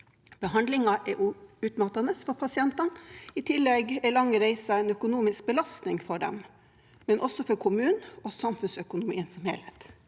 Behandlingen er også utmattende for pasientene. I tillegg er lange reiser en økonomisk belastning for dem, men også for kommunen og samfunnsøkonomien som helhet.